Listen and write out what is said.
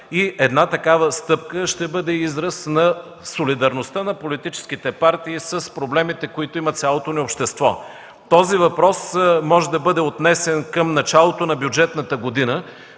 и една такава стъпка ще бъде израз на солидарността на политическите партии с проблемите, които има цялото ни общество. Този въпрос може да бъде отнесен към началото на бюджетната година,